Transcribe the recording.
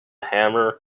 hammer